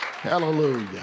Hallelujah